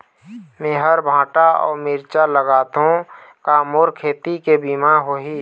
मेहर भांटा अऊ मिरचा लगाथो का मोर खेती के बीमा होही?